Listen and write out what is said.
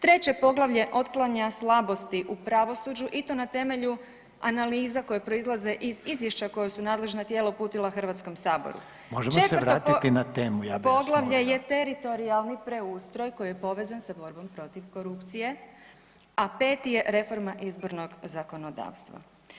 Treće poglavlje otklanja slabosti u pravosuđu i to na temelju analiza koje proizlaze iz izvješća koja su nadležna tijela uputila Hrvatskom saboru [[Upadica Reiner: Možemo se vratiti na temu, ja bih Vas molio.]] Četvrto poglavlje je teritorijalni preustroj koji je povezan sa borbom protiv korupcije, a peti je reforma izbornog zakonodavstva.